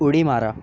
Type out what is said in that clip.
उडी मारा